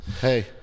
hey